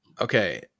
Okay